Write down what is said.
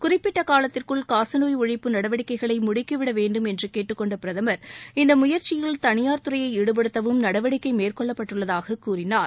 குறிப்பிட்ட காலத்திற்குள்காசநோய் ஒழிப்பு நடவடிக்கைகளை முடுக்கிவிட வேண்டும் என்று கேட்டுக் கொண்ட பிரதமர் இந்த முயற்சியில் தனியார் துறையை ஈடுபடுத்தவும் நடவடிக்கை மேற்கொள்ளப்பட்டுள்ளதாக கூறினார்